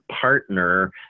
partner